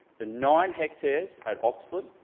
the nine hectares at oxley,